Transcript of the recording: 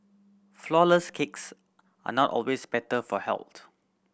flourless cakes are not always better for health